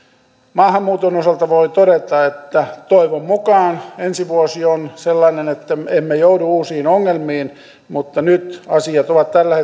maahanmuuton osalta voi todeta että toivon mukaan ensi vuosi on sellainen että emme joudu uusiin ongelmiin mutta nyt asiat ovat tällä